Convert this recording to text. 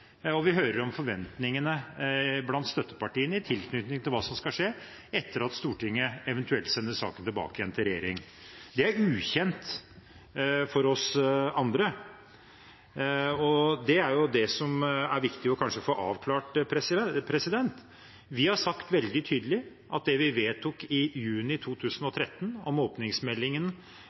og vi hører om forventningene blant støttepartiene i tilknytning til hva som skal skje etter at Stortinget eventuelt sender saken tilbake igjen til regjeringen. Det er ukjent for oss andre, og det er det som er viktig kanskje å få avklart. Vi har sagt veldig tydelig at det vi vedtok i juni